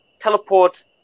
teleport